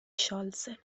sciolse